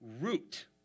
root